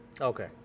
Okay